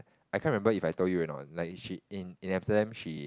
I can't remember if I told you already or not like she in in Amsterdam she